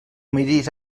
miris